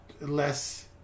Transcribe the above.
less